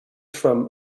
from